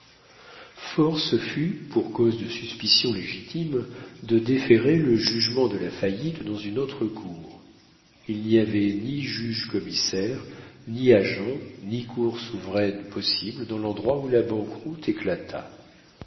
force fut pour cause de suspicion légitime de déférer le jugement de la faillite dans une autre cour il n'y avait ni juge commissaire ni agent ni cour souveraine possible dans l'endroit où la banqueroute éclata